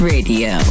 Radio